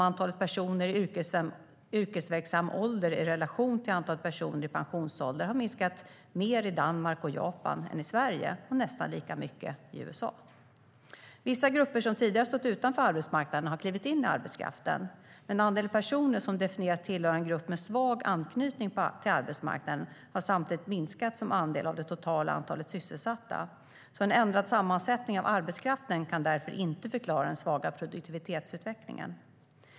Antalet personer i yrkesverksam ålder i relation till antalet personer i pensionsålder har minskat mer i Danmark och Japan än i Sverige, och nästan lika mycket i USA. Vissa grupper som tidigare har stått utanför arbetsmarknaden har klivit in i arbetskraften. Men andelen personer som definieras tillhöra en grupp med svag anknytning till arbetsmarknaden har samtidigt minskat som andel av det totala antalet sysselsatta. En ändrad sammansättning av arbetskraften kan därför inte förklara den svaga produktivitetsutvecklingen.